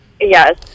Yes